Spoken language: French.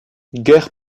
guère